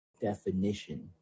definition